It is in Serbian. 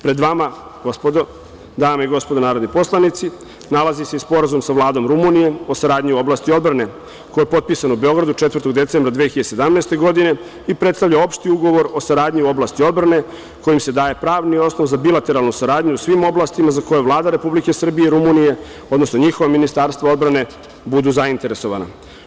Dame i gospodo narodni poslanici, nalazi se i Sporazum sa Vladom Rumunije o saradnji u oblasti odbrane koji je potpisan 4. decembra 2017. godine i predstavlja opšti ugovor o saradnji u oblasti odbrane kojim se daje pravni osnov za bilateralnu saradnju u svim oblastima za koje Vlada Republike Srbije i Rumunije, odnosno njihova ministarstva odbrane budu zainteresovana.